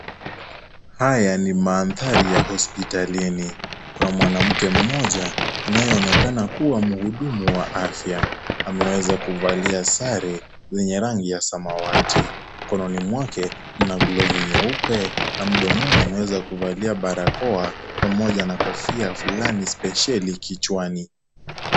Haya ni mandhari ya hospitalini. Kuna mwanamke mmoja anayeonekana kuwa mhudumu wa afya. Ameweza kuvalia sare yeye rangi ya samawati. Mikononi mwake kuna glavu nyeupe na mdomoni ameweza kuvalia barakoa pamoja na kofia fulani spesheli kichwani.